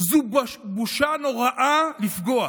זו בושה נוראה לפגוע.